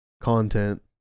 content